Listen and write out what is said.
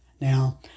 Now